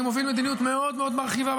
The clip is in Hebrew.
אני מוביל מדיניות מאוד מאוד מרחיבה,